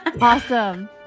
Awesome